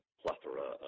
plethora